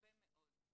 הרבה מאוד במערכת,